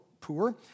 poor